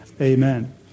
Amen